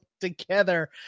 together